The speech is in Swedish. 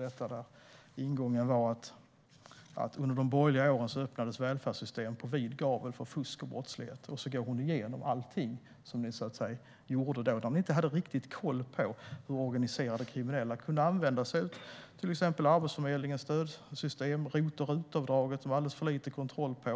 Där var ingången att under de borgerliga åren öppnades välfärdssystem på vid gavel för fusk och brottslighet. Hon går igenom allting som ni gjorde då där ni inte hade riktig koll på hur organiserade kriminella kunde använda sig av till exempel Arbetsförmedlingens stödsystem och ROT och RUT-avdraget. Det var alldeles för lite kontroll på